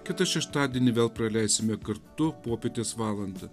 kitą šeštadienį vėl praleisime kartu popietės valandą